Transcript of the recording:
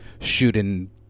shooting